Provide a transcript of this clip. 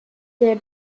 der